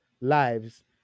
lives